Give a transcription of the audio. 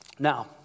Now